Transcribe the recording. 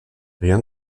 rien